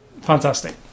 fantastic